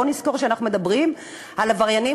בואו נזכור שאנחנו מדברים על עבריינים